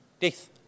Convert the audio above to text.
death